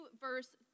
verse